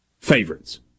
favorites